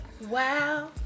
Wow